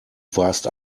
warst